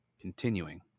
Continuing